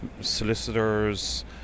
solicitors